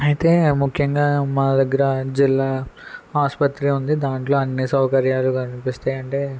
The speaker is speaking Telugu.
అయితే ముఖ్యంగా మా దగ్గర జిల్లా ఆసుపత్రి ఉంది దాంట్లో అన్ని సౌకర్యాలు కనిపిస్తాయి అంటే